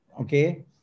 okay